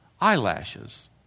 eyelashes